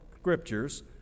Scriptures